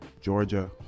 georgia